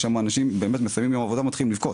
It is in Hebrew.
יש שם אנשים באמת שמסיימים יום עבודה ומתחילים לבכות.